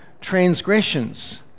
transgressions